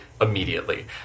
immediately